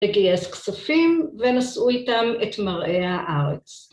‫לגייס כספים ונסעו איתם את מראי הארץ.